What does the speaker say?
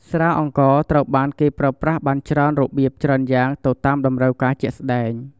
ស្រាអង្ករត្រូវបានគេប្រើប្រាស់បានច្រើនរបៀបច្រើនយ៉ាងទៅតាមតម្រូវការជាក់ស្ដែង។